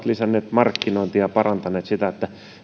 lisännyt markkinointia ja parantanut sitä